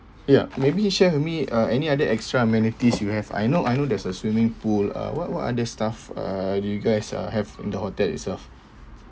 ya maybe share with me uh any other extra amenities you have I know I know there's a swimming pool uh what what other stuff uh you guys uh have in the hotel itself